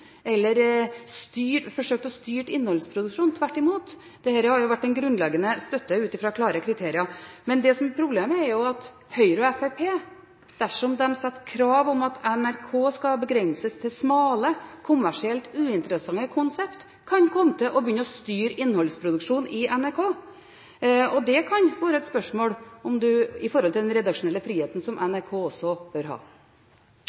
eller forsøkt å styre innholdsproduksjonen. Tvert imot, dette har vært en grunnleggende støtte ut fra klare kriterier. Men problemet er at Høyre og Fremskrittspartiet, dersom de setter krav om at NRK skal begrenses til smale, kommersielt uinteressante konsept, kan komme til å begynne å styre innholdsproduksjonen i NRK. Det kan være et spørsmål med hensyn til den redaksjonelle friheten, som også NRK bør ha.